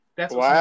Wow